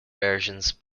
versions